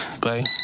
bye